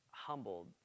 humbled